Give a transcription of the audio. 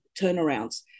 turnarounds